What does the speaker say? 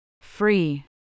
Free